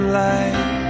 light